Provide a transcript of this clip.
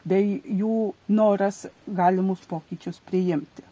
bei jų noras galimus pokyčius priimti